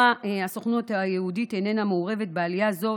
הסוכנות היהודית איננה מעורבת בעלייה זו,